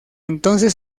entonces